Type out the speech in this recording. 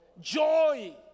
joy